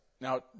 now